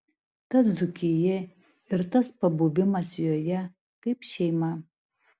ta dzūkija ir tas pabuvimas joje kaip šeima